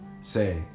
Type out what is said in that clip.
say